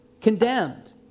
condemned